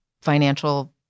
financial